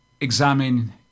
examine